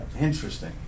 Interesting